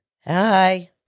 Hi